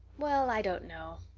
well, i don't know.